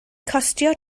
costio